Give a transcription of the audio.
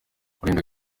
rulindo